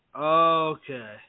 Okay